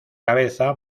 cabeza